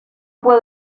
puedo